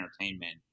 entertainment